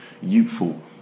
youthful